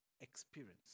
experience